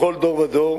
בכל דור ודור